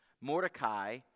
Mordecai